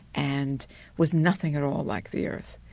and was nothing at all like the earth.